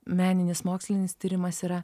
meninis mokslinis tyrimas yra